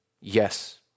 yes